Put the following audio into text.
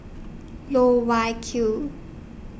Loh Wai Kiew